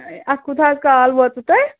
اَتھ کوتاہ حظ کال ووٚتوٕ تۅہہِ